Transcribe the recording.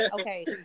okay